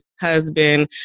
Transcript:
husband